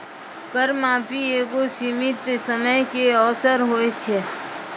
कर माफी एगो सीमित समय के अवसर होय छै